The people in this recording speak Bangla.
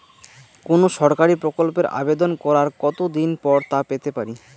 কোনো সরকারি প্রকল্পের আবেদন করার কত দিন পর তা পেতে পারি?